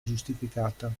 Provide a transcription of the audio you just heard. giustificata